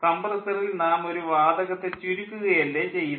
കംപ്രസ്സറിൽ നാം ഒരു വാതകത്തെ ചുരുക്കുകയല്ലേ ചെയ്യുന്നത്